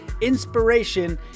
inspiration